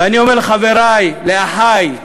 ואני אומר לחברי, לאחי,